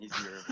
easier